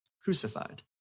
crucified